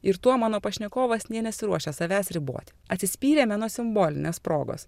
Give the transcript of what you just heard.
ir tuo mano pašnekovas nė nesiruošia savęs riboti atsispyrėme nuo simbolinės progos